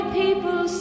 people